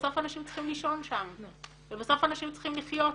בסוף אנשים צריכים לישון שם ובסוף אנשים צריכים לחיות שם.